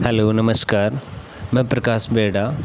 hello नमस्कार मैं प्रकाश बेड़ा